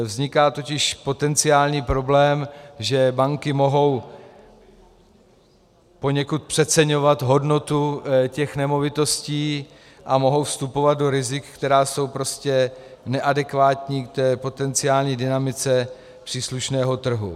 Vzniká totiž potenciální problém, že banky mohou poněkud přeceňovat hodnotu těch nemovitostí a mohou vstupovat do rizik, která jsou prostě neadekvátní k potenciální dynamice příslušného trhu.